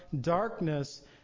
darkness